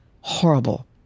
horrible